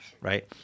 right